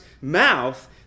mouth